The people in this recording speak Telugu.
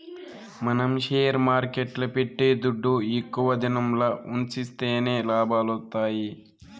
మనం షేర్ మార్కెట్ల పెట్టే దుడ్డు ఎక్కువ దినంల ఉన్సిస్తేనే లాభాలొత్తాయి